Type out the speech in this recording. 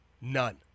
None